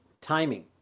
timing